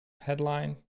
headline